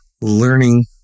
learning